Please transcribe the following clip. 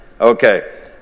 Okay